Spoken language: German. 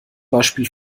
beispiel